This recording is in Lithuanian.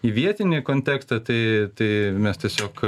į vietinį kontekstą tai tai mes tiesiog